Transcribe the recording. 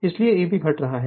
इसलिए Eb घट रहा है